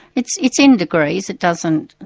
it's it's in degrees, it doesn't.